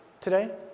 today